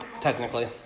technically